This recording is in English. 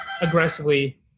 aggressively